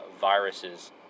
viruses